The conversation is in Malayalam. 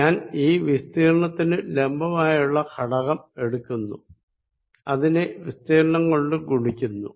ഞാൻ ഈ വിസ്തീർണത്തിന് ലംബമായുള്ള ഘടകം എടുക്കുന്നു അതിനെ വിസ്തീർണം കൊണ്ട് ഗുണിക്കുന്നു